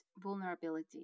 vulnerability